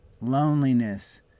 loneliness